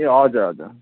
ए हजुर हजुर